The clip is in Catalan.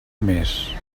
mes